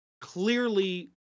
clearly